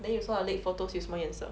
then you saw the leaked photos 有什么颜色